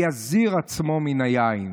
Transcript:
יזיר עצמו מן היין.